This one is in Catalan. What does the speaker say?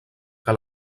que